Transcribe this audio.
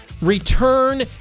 Return